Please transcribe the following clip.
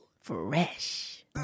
fresh